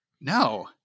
No